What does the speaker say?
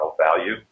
value